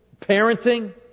parenting